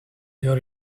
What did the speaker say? your